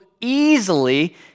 easily